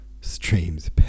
streams